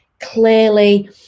clearly